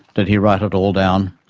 did he write it all down.